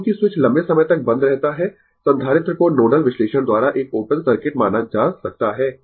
अब चूंकि स्विच लंबे समय तक बंद रहता है संधारित्र को नोडल विश्लेषण द्वारा एक ओपन सर्किट माना जा सकता है